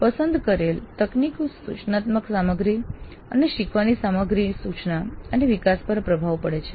પસંદ કરેલી તકનીકનો સૂચનાત્મક સામગ્રી અને શીખવાની સામગ્રીના સૂચના અને વિકાસ પર પ્રભાવ પડે છે